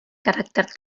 caràcter